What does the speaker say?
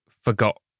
forgot